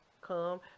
come